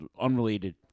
unrelated